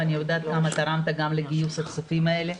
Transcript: ואני יודעת כמה תרמת גם לגיוס הכספים האלה.